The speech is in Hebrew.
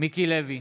מיקי לוי,